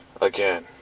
again